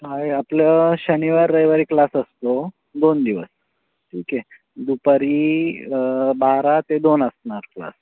आहे आपलं शनिवार रविवारी क्लास असतो दोन दिवस ठीक आहे दुपारी बारा ते दोन असणार क्लास